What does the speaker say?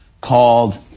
called